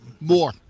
More